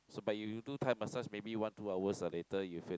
so but you do Thai massage maybe one two hours eh later you feel